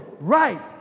Right